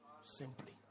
simply